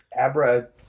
Abra